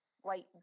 white